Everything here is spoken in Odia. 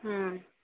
ହଁ